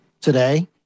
today